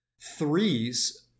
Threes